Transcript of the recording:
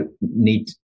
need